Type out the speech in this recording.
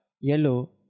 yellow